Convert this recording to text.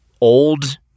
old